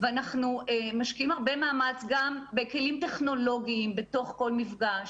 ואנחנו משקיעים הרבה מאמץ גם בכלים טכנולוגיים בתוך כל מפגש,